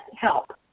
help